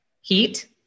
heat